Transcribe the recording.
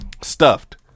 stuffed